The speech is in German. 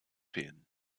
fehlen